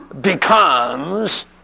becomes